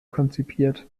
konzipiert